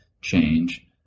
change